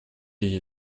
эти